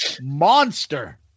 monster